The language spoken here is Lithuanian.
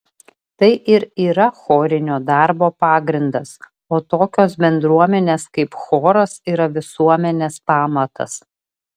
tai ir yra chorinio darbo pagrindas o tokios bendruomenės kaip choras yra visuomenės pamatas